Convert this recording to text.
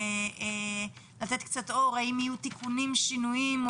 האם יהיו תיקונים ושינויים?